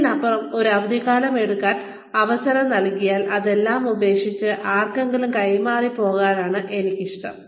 അതിനപ്പുറം ഒരു അവധിക്കാലം എടുക്കാൻ അവസരം നൽകിയാൽ അതെല്ലാം ഉപേക്ഷിച്ച് ആർക്കെങ്കിലും കൈമാറി പോകാനാണ് എനിക്കിഷ്ടം